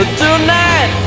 tonight